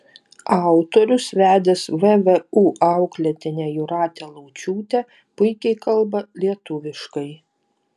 autorius vedęs vvu auklėtinę jūratę laučiūtę puikiai kalba lietuviškai